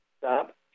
Stop